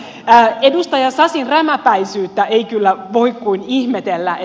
edustaja sasin rämäpäisyyttä ei kyllä voi kuin ihmetellä